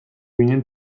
ginen